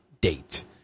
date